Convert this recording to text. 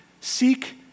seek